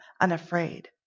unafraid